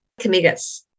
Camigas